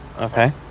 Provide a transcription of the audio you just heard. Okay